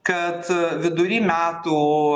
kad vidury metų